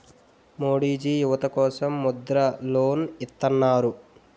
మోడీజీ యువత కోసం ముద్ర లోన్ ఇత్తన్నారు